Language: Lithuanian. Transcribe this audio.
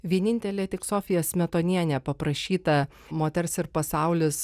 vienintelė tik sofija smetonienė paprašyta moters ir pasaulis